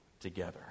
together